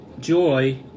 joy